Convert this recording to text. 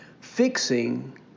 fixing